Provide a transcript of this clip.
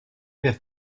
vers